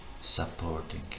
supporting